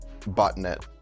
botnet